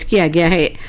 yeah da